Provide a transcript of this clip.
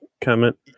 comment